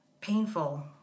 painful